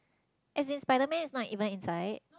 as in Spiderman is not even inside